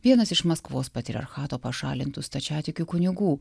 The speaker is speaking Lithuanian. vienas iš maskvos patriarchato pašalintų stačiatikių kunigų